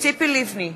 ציפי לבני,